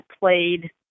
played